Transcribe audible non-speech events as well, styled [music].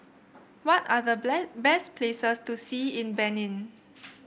what are the [unintelligible] best places to see in Benin